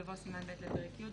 יבוא "סימן ב' לפרק י'".